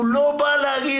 אבל הוא לא בא להגיד,